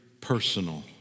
personal